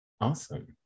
Awesome